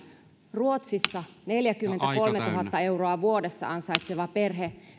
ruotsissa neljäkymmentäkolmetuhatta euroa vuodessa ansaitseva perhe